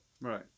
Right